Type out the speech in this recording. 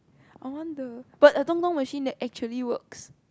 I want the but a machine that actually works